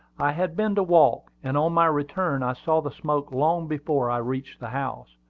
i had been to walk and on my return i saw the smoke long before i reached the house.